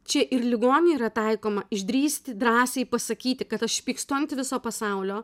čia ir ligoniui yra taikoma išdrįsti drąsiai pasakyti kad aš pykstu ant viso pasaulio